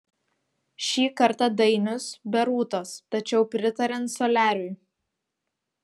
šį kartą dainius be rūtos tačiau pritariant soliariui